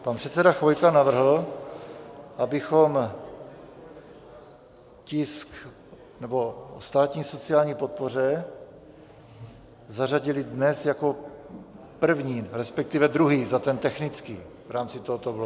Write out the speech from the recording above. Pan předseda Chvojka navrhl, abychom tisk... nebo o státní sociální podpoře zařadili dnes jako první, respektive druhý za technický v rámci tohoto.